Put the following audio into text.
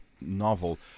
novel